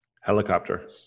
helicopter